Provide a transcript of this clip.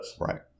right